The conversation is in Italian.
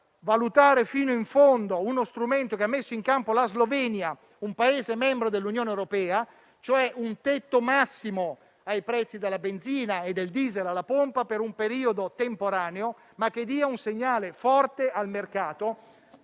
valutare fino in fondo lo strumento che ha messo in campo la Slovenia, Paese membro dell'Unione europea, ossia un tetto massimo ai prezzi di benzina e diesel alla pompa per un periodo temporaneo, ma che dia al mercato